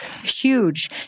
huge